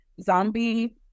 zombie